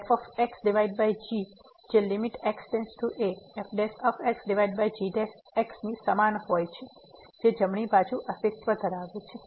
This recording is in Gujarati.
તેથી લીમીટ ફક્ત x → a f g જે fg ની સમાન હોય છે જે જમણી બાજુ અસ્તિત્વ ધરાવે છે